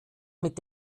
mit